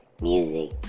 Music